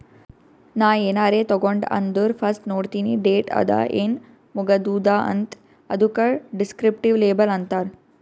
ನಾ ಏನಾರೇ ತಗೊಂಡ್ ಅಂದುರ್ ಫಸ್ಟ್ ನೋಡ್ತೀನಿ ಡೇಟ್ ಅದ ಏನ್ ಮುಗದೂದ ಅಂತ್, ಅದುಕ ದಿಸ್ಕ್ರಿಪ್ಟಿವ್ ಲೇಬಲ್ ಅಂತಾರ್